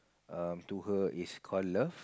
err to her is call love